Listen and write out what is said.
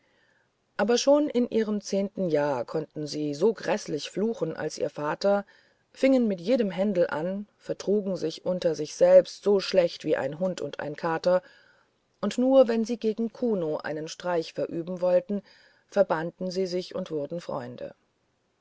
aber schon in ihrem zehnten jahr konnten sie so gräßlich fluchen als ihr vater fingen mit jedem händel an vertrugen sich unter sich selbst so schlecht wie ein hund und kater und nur wenn sie gegen kuno einen streich verüben wollten verbanden sie sich und wurden freunde